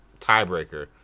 tiebreaker